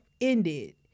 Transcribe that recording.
ended